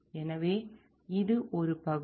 எனவே இது ஒரு பகுதி